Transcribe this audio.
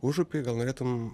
užupyj gal norėtum